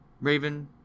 Raven